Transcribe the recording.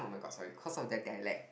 my god sorry cause of their dialect